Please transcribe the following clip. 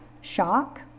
shock